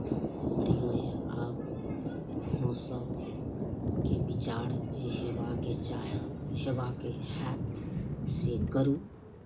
बढ़िऑं यऽ आब अहाँ सभके विचार जे हेबाके चाही हेबाके होयत से करू